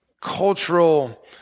cultural